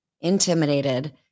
intimidated